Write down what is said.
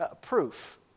Proof